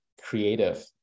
creative